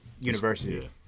university